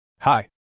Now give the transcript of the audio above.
Hi